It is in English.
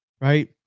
right